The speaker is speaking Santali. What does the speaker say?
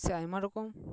ᱥᱮ ᱟᱭᱢᱟ ᱨᱚᱠᱚᱢ